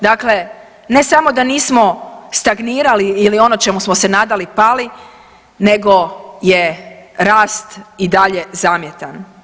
Dakle, ne samo da nismo stagnirali ili ono čemu smo se nadali, pali, nego je rast i dalje zamjetan.